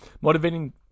motivating